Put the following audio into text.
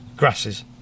grasses